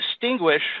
distinguish